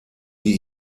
die